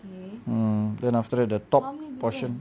mm then after the top portion